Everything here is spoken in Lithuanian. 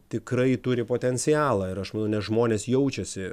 tikrai turi potencialą ir aš manau nes žmonės jaučiasi